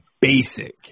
basic